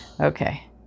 okay